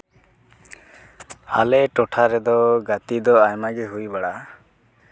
ᱟᱞᱮ ᱴᱚᱴᱷᱟ ᱨᱮᱫᱚ ᱜᱟᱛᱮ ᱫᱚ ᱟᱭᱢᱟ ᱜᱮ ᱦᱩᱭ ᱵᱟᱲᱟᱜᱼᱟ